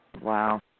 Wow